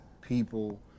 people